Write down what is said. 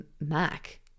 Mac